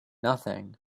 nothing